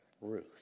Ruth